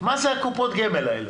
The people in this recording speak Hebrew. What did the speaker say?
מה זה קופות הגמל האלה?